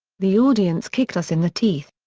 the audience kicked us in the teeth.